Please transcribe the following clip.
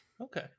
Okay